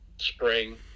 spring